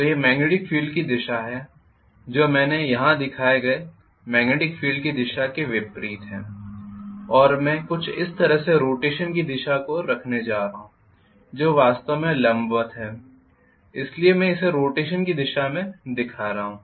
तो यह magnetic field की दिशा है जो मैंने यहां दिखाए गए मॅग्नेटिक फील्ड की दिशा के विपरीत है और मैं कुछ इस तरह से रोटेशन की दिशा को देखने जा रहा हूं जो वास्तव में लंबवत है इसलिए मैं इसे रोटेशन की दिशा के रूप में दिखा रहा हूं